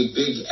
big